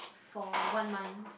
for one month